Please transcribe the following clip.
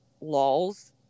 Laws